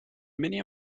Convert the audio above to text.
many